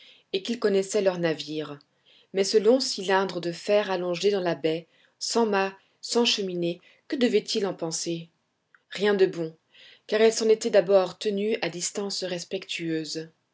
et qu'ils connaissaient leurs navires mais ce long cylindre de fer allongé dans la baie sans mâts sans cheminée que devaient-ils en penser rien de bon car ils s'en étaient d'abord tenus à distance respectueuse